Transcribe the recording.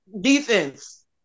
defense